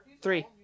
Three